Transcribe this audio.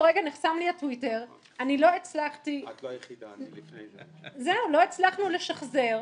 לא הצלחנו לשחזר.